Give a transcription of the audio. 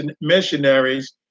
missionaries